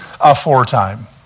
aforetime